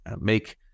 make